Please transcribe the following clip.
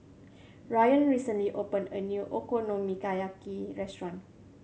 Ryann recently opened a new Okonomiyaki restaurant